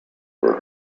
for